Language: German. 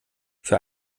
für